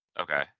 Okay